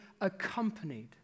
accompanied